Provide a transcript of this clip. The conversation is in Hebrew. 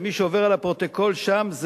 ומי שעובר על הפרוטוקול שם,